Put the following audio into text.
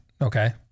okay